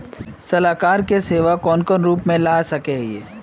सलाहकार के सेवा कौन कौन रूप में ला सके हिये?